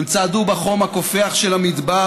הם צעדו בחום הקופח של המדבר,